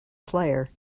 player